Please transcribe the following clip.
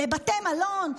לבתי מלון,